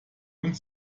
und